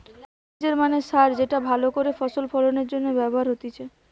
ফেস্টিলিজের মানে সার যেটা ভালো করে ফসল ফলনের জন্য ব্যবহার হতিছে